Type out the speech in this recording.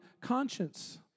conscience